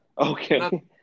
Okay